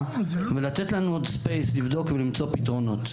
ולתת לנו עוד ספייס לבדוק ולמצוא פתרונות.